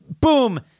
Boom